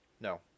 No